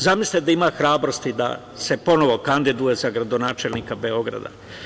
Zamislite da ima hrabrosti da se ponovo kandiduje za gradonačelnika Beograda?